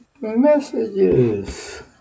messages